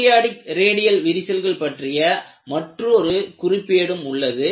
periodic radial விரிசல்கள் பற்றிய மற்றொரு குறிப்பேடும் உள்ளது